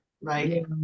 Right